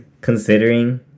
considering